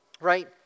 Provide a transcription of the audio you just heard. right